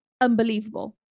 unbelievable